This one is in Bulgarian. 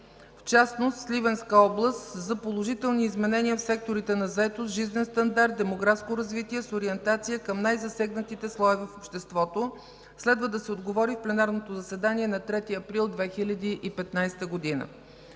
в частност Сливенска област, за положителни изменения в секторите на заетост, жизнен стандарт, демографско развитие с ориентация към най-засегнатите слоеве в обществото. Следва да се отговори в пленарното заседание на 3 април 2015 г.;